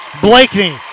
Blakeney